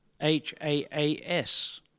H-A-A-S